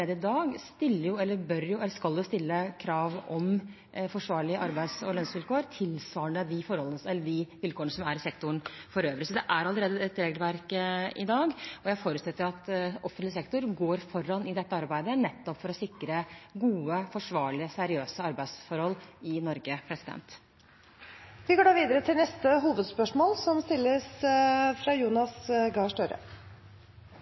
dag stille krav om forsvarlige arbeids- og lønnsvilkår, tilsvarende de vilkårene som er i sektoren for øvrig. Så det er allerede et regelverk i dag, og jeg forutsetter at offentlig sektor går foran i dette arbeidet, nettopp for å sikre gode, forsvarlige og seriøse arbeidsforhold i Norge. Vi går da videre til neste hovedspørsmål. Dette spørsmålet er til justisministeren. Toppsaken på TV2.no akkurat nå handler om en jente på sju år som